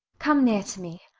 come near to me.